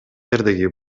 жердеги